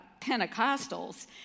Pentecostals